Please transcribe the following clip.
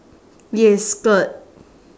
yes skirt